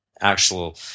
actual